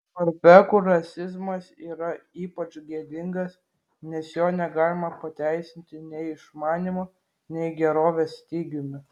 norvegų rasizmas yra ypač gėdingas nes jo negalima pateisinti nei išmanymo nei gerovės stygiumi